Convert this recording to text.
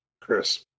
Chris